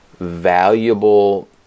valuable